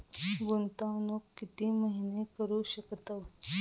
गुंतवणूक किती महिने करू शकतव?